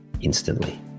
instantly